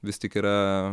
vis tik yra